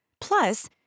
Plus